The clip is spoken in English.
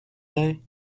they